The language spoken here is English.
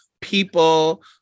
people